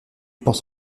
penses